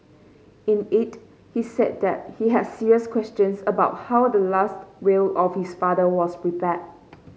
in it he said that he had serious questions about how the last will of his father was prepared